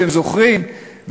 אתם זוכרים,